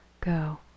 go